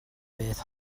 beth